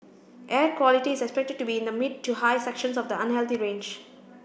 air quality is expected to be in the mid to high sections of the unhealthy range